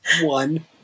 one